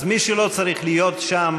אז מי שלא צריך להיות שם,